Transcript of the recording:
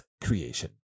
creation